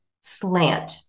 slant